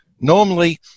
normally